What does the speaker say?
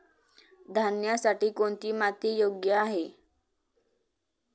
धान्यासाठी कोणती माती योग्य आहे?